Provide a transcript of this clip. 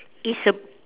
it's a